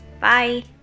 Bye